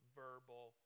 verbal